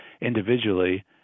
individually